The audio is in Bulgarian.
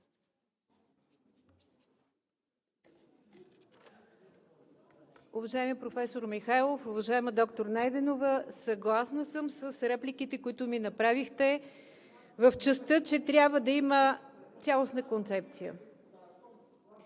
Уважаеми професор Михайлов, уважаема доктор Найденова, съгласна съм с репликите, които ми направихте в частта, че трябва да има цялостна концепция.